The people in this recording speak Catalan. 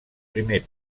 primer